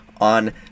on